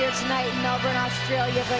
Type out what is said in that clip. tonight in melbourne, australia,